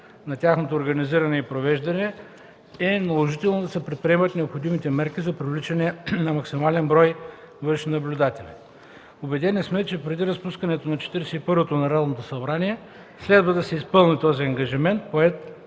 на тяхното организиране и провеждане, е наложително да се предприемат необходимите мерки за привличане на максимален брой външни наблюдатели. Убедени сме, че преди разпускането на Четиридесет и първото Народно събрание следва да се изпълни този ангажимент, поет